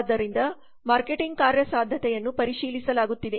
ಆದ್ದರಿಂದ ಮಾರ್ಕೆಟಿಂಗ್ ಕಾರ್ಯಸಾಧ್ಯತೆಯನ್ನು ಪರಿಶೀಲಿಸಲಾಗುತ್ತಿದೆ